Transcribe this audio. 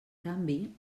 canvi